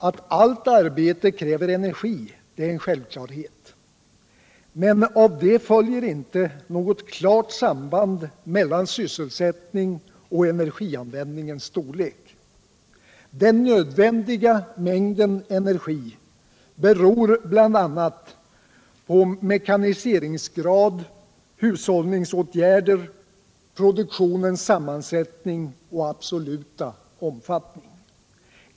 Att allt arbete kräver energi är en självklarhet, men av detta följer inte något klart samband mellan sysselsättning och energianvändningens storlek. Den nödvändiga mängden energi beror bl.a. på mekaniseringsgrad, hushållningsåtgärder och produktionens sammansättning och absoluta omfattning.